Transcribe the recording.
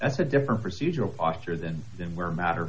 that's a different procedural posture than than where matter